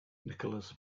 nicholas